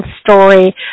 story